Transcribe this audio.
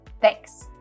Thanks